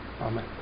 Amen